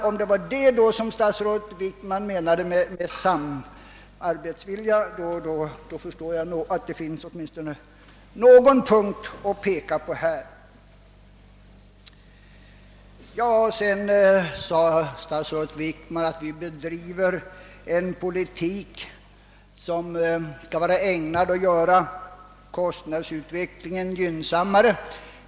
Om det var detta som statsrådet Wickman menade med samarbetsvilja, förstår jag att det finns åtminstone någon punkt att peka på härvidlag. Statsrådet Wickman sade att vi bedriver en politik som skall vara ägnad att göra kostnadsutvecklingen gynnsammare.